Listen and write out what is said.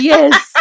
Yes